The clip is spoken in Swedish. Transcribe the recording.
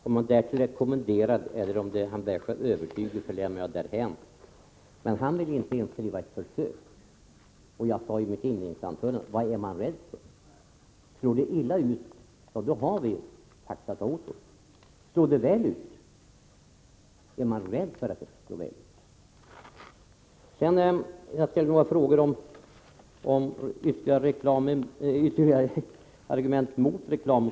Om han är därtill kommenderad eller om han har en övertygelse lämnar jag därhän. Men han vill inte ens göra ett försök. Jag undrade i mitt inledningsanförande vad man är rädd för. Slår det illa ut är det ju ändå bara ett försök. Är man rädd för att det skall slå väl ut? Jag ställde några frågor om ytterligare argument mot reklam.